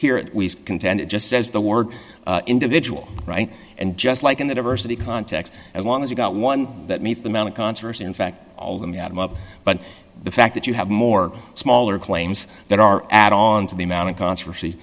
here we contend it just says the word individual right and just like in the diversity context as long as you've got one that means the amount of controversy in fact all of them the atom up but the fact that you have more smaller claims that are add on to the amount of controversy